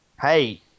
Hey